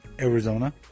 Arizona